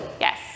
yes